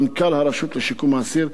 מנכ"ל הרשות לשיקום האסיר,